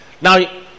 Now